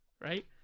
right